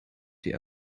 dir